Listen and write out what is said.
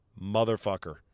motherfucker